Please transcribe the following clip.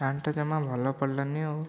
ଫ୍ୟାନ୍ଟା ଜମା ଭଲ ପଡ଼ିଲାଣି ଆଉ